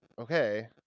okay